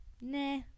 nah